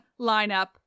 lineup